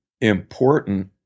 important